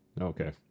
Okay